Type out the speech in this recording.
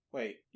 Wait